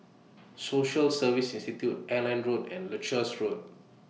Social Service Institute Airline Road and Leuchars Road